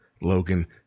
Logan